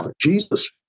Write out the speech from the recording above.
Jesus